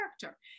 character